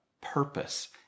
purpose